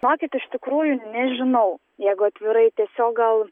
nokit ištikrųjų nežinau jeigu atvirai tiesiog gal